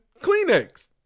Kleenex